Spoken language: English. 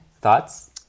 thoughts